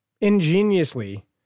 ingeniously